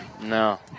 No